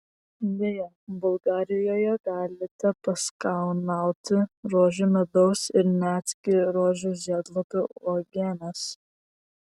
beje bulgarijoje galite paskanauti rožių medaus ir netgi rožių žiedlapių uogienės